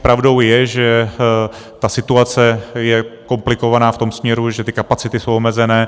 Pravdou je, že ta situace je komplikovaná v tom směru, že kapacity jsou omezené.